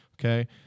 okay